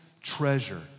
treasure